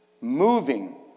moving